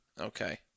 okay